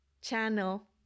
Channel